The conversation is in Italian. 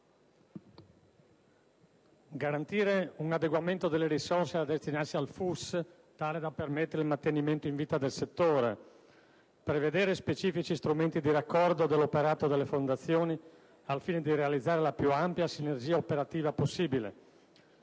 garantire un adeguamento delle risorse da destinarsi al FUS tale da permettere il mantenimento in vita del settore; prevedere specifici strumenti di raccordo dell'operato delle fondazioni al fine di realizzare la più ampia sinergia operativa possibile;